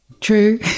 True